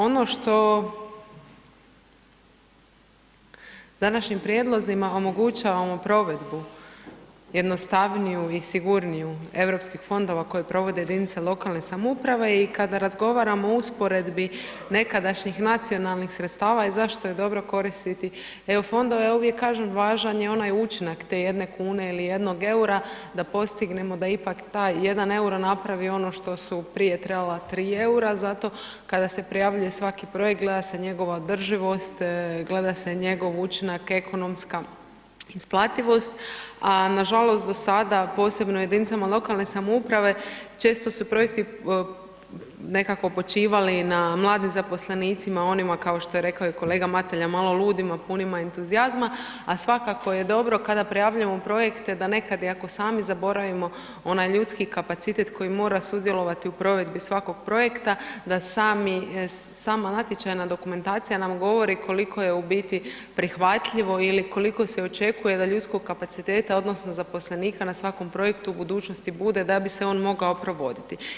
Ono što današnjim prijedlozima omogućavamo provedbu jednostavniju i sigurniju EU fondova koje provode jedinice lokalne samouprave i kada razgovaramo u usporedbi nekadašnjih nacionalnih sredstava i zašto je dobro koristiti EU fondove ja uvijek kažem važan je onaj učinak te jedne kune ili jednog EUR-a da postignemo da ipak taj jedan EUR-o napravi ono što su prije trebala 3 EUR-a zato kada se prijavljuje svaki projekt gleda se njegova održivost, gleda se njegov učinak, ekonomska isplativost, a nažalost do sada posebno u jedinicama lokalne samouprave često su projekti nekako počivali na mladim zaposlenicima onima kao što je rekao i kolega Mateljan, malo ludima punima entuzijazma, a svakako je dobro kada prijavljujemo projekte da nekada ako i sami zaboravimo onaj ljudski kapacitet koji mora sudjelovati u provedbi svakog projekta, da sami, sama natječajna dokumentacija nam govori koliko je u biti prihvatljivo ili koliko se očekuje da ljudskog kapaciteta odnosno zaposlenika na svakom projektu u budućnosti bude da bi se on mogao provoditi.